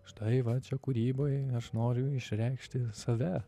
štai va čia kūryboj aš noriu išreikšti save